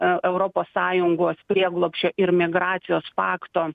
europos sąjungos prieglobsčio ir migracijos pakto